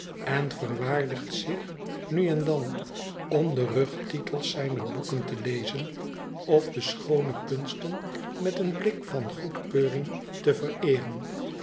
en verwaardigt zich nu en dan om de rugtitels zijner boeken te lezen of de schoone kunsten met een blik van goedkeuring te vereeren